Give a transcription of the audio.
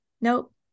Nope